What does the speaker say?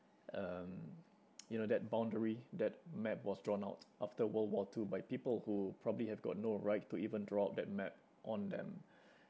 um you know that boundary that map was drawn out after world war two by people who probably have got no right to even draw out that map on them